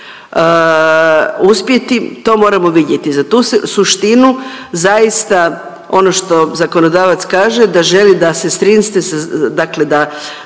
uspjeti to moramo vidjeti. Za tu suštinu zaista ono što zakonodavac kaže da želi da sestrinstvo, dakle da